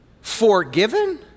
forgiven